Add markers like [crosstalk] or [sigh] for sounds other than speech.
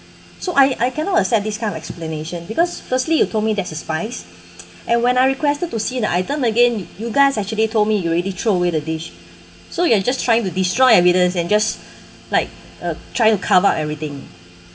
so I I cannot accept this kind of explanation because firstly you told me that's a spice [noise] and when I requested to see the item again you guys actually told me you already throw away the dish so you are just trying to destroy evidence and just like uh trying to cover everything